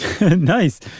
Nice